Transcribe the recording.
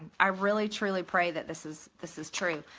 i really truly pray that this is this is true.